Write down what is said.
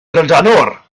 drydanwr